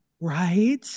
Right